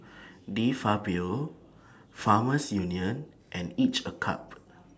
De Fabio Farmers Union and Each A Cup